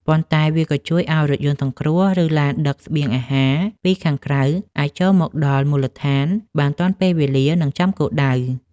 ប៉ុន្តែវាក៏ជួយឱ្យរថយន្តសង្គ្រោះ ឬឡានដឹកស្បៀងអាហារពីខាងក្រៅ អាចចូលមកដល់មូលដ្ឋានបានទាន់ពេលវេលា និងចំគោលដៅ។